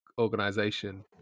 organization